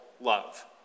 love